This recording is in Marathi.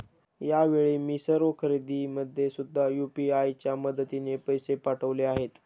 यावेळी मी सर्व खरेदीमध्ये सुद्धा यू.पी.आय च्या मदतीने पैसे पाठवले आहेत